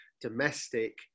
domestic